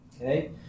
okay